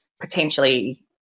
potentially